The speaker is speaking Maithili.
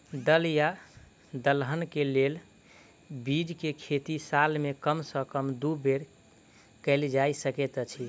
दल या दलहन केँ के बीज केँ खेती साल मे कम सँ कम दु बेर कैल जाय सकैत अछि?